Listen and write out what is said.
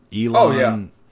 Elon